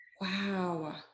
Wow